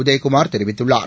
உதயகுமார் தெரிவித்துள்ளார்